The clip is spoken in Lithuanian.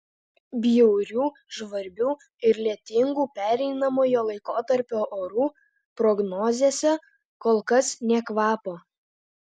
bjaurių žvarbių ir lietingų pereinamojo laikotarpio orų prognozėse kol kas nė kvapo